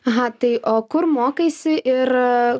aha tai o kur mokaisi ir